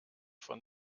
von